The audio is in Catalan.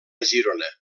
girona